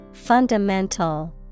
fundamental